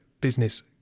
business